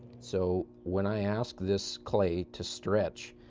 so when i ask this clay to stretch,